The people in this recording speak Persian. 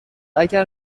اگر